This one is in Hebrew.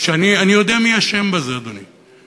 אני יודע מי אשם בזה, אדוני.